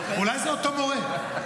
אולי זה אותו מורה.